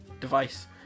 device